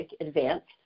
advanced